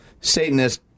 Satanist